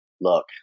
look